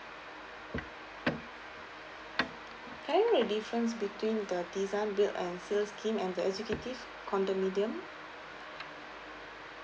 can I know the difference between the design build and sell scheme and the executive condominium